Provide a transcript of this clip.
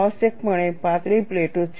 આવશ્યકપણે પાતળી પ્લેટો છે